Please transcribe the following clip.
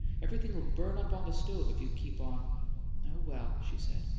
everything'll burn up on the stove if you keep on oh, well, she said,